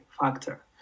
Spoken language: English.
factor